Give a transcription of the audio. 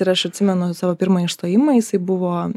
ir aš atsimenu savo pirmąjį išstojimą jisai buvo